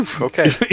Okay